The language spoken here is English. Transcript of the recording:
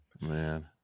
Man